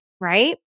Right